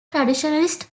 traditionalist